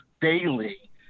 daily